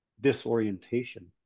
disorientation